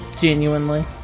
Genuinely